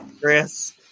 Chris